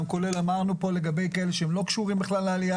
גם כאלה שלא קשורים לעלייה,